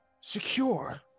secure